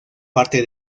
parte